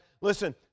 listen